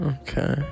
Okay